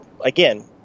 again